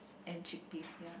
and chickpeas ya